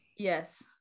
yes